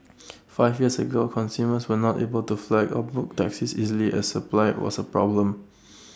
five years ago consumers were not able to flag or book taxis easily as supply was A problem